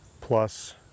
plus